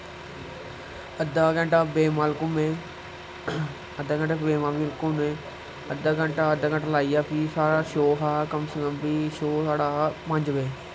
अद्धा घैंटा बेबमॉल घूमे अद्धा घैंटा लाइयै फ्ही साढ़ा शो हा कम से कम शो साढ़ा हा पंज बजे